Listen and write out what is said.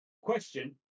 Question